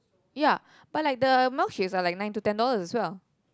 ya but like the milkshakes are like nine to ten dollars as well